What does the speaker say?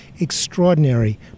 extraordinary